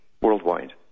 worldwide